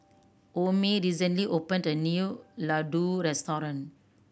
Omie recently opened a new Ladoo Restaurant